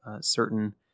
certain